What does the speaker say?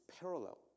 parallel